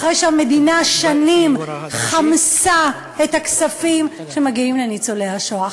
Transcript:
אחרי שהמדינה שנים חמסה את הכספים שמגיעים לניצולי השואה,